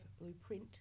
blueprint